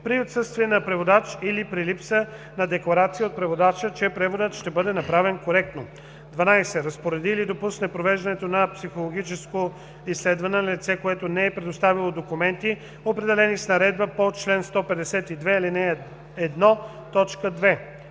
при отсъствие на преводач или при липса на декларация от преводача, че преводът ще бъде направен коректно; 12. разпореди или допусне провеждане на психологическо изследване на лице, което не е представило документите, определени с наредбата по чл. 152, ал.